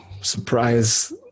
surprise